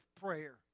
prayer